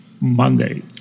Monday